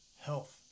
health